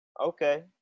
Okay